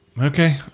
Okay